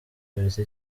kuruta